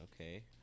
okay